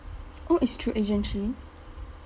oh it's through agency